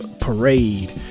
parade